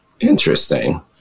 Interesting